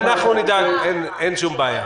אנחנו נדאג שיועבר אלינו, אין שום בעיה.